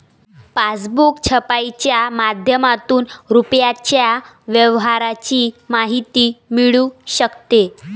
passbook छपाईच्या माध्यमातून रुपयाच्या व्यवहाराची माहिती मिळू शकते